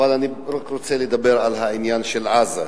אבל אני רוצה לדבר על העניין של עזה.